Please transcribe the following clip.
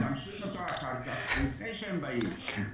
-- להמשיך אותו אחר כך, לפני שהם באים.